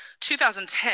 2010